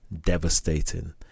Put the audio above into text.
devastating